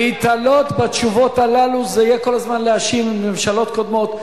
להיתלות בתשובות האלה זה יהיה כל הזמן להאשים ממשלות קודמות.